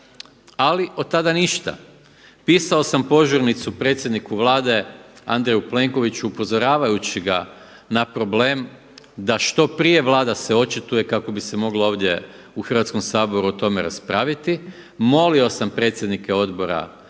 ali od tada ništa. Pisao sam požurnicu predsjedniku Vlade Andreju Plenkoviću upozoravajući ga na problem da što prije Vlada se očituje kako bi se moglo ovdje u Hrvatskom saboru o tome raspraviti. Molio sam predsjednike Odbora za